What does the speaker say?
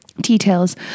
details